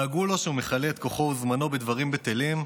לעגו לו שהוא מכלה את כוחו ואת זמנו בדברים בטלים,